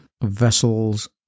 vessels